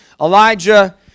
Elijah